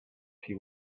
she